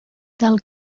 del